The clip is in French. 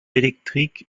électriques